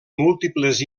múltiples